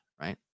right